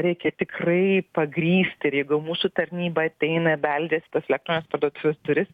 reikia tikrai pagrįsti ir jeigu jau mūsų tarnyba ateina beldžiasi į tas elektronines parduotuvės duris